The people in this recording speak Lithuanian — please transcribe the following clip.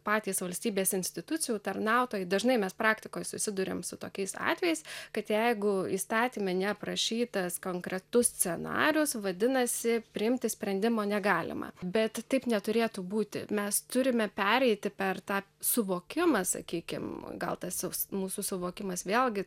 patys valstybės institucijų tarnautojai dažnai mes praktikoj susiduriam su tokiais atvejais kad jeigu įstatyme neaprašytas konkretus scenarijus vadinasi priimti sprendimo negalima bet taip neturėtų būti mes turime pereiti per tą suvokimą sakykim gal tas mūsų suvokimas vėlgi